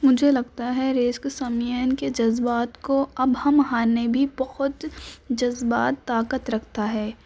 مجھے لگتا ہے رزق سامعین کے جذبات کو اب ہم ہارنے بھی بہت جذبات طاقت رکھتا ہے